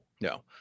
No